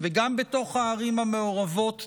וגם בתוך הערים המעורבות נשמר.